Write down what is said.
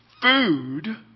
food